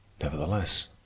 Nevertheless